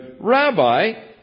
Rabbi